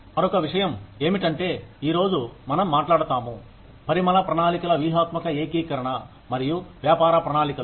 మరొక విషయం ఏమిటంటే ఈరోజు మనం మాట్లాడతాము పరిమళ ప్రణాళికల వ్యూహాత్మక ఏకీకరణ మరియు వ్యాపార ప్రణాళికలు